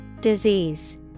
Disease